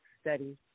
studies